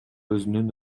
өзүнүн